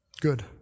good